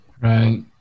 Right